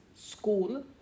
School